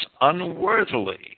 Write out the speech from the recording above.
unworthily